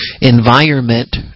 environment